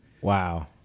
Wow